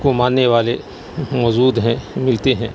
کو ماننے والے موجود ہیں ملتے ہیں